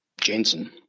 Jensen